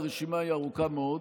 והרשימה היא עוד ארוכה מאוד.